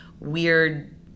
weird